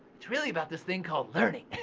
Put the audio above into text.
it's really about this thing called learning